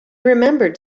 remembered